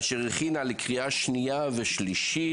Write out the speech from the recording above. שהכינה אותה לקריאה שנייה ושלישית.